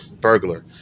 Burglar